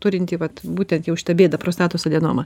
turintį vat būtent jau šitą bėdą prostatos adenoma